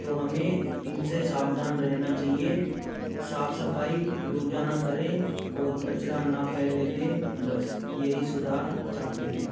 तो हमें इनसे सावधान रहना चाहिए साफ सफाई रोजाना करें और कचरा ना फैलने दे बस यही सुधार चाहते हैं